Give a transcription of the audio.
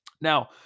now